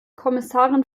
kommissarin